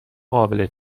قابل